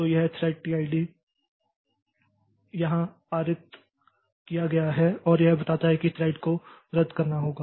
तो यह thread ID यहाँ पारित किया गया है और यह बताता है कि इस थ्रेड को रद्द करना होगा